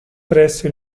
presso